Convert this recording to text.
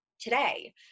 today